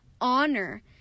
honor